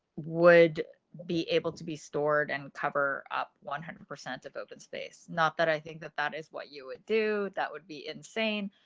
would be able to be stored and cover up one hundred percent of open space not that i think that that is what you would do. that would be insane,